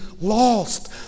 lost